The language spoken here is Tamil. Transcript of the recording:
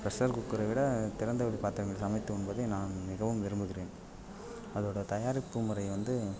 ப்ரெஷர் குக்கரை விட திறந்த வெளி பாத்திரங்களில் சமைத்து உண்பதை நான் மிகவும் விரும்புகிறேன் அதோட தயாரிப்பு முறை வந்து